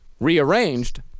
Rearranged